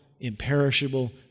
imperishable